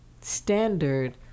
standard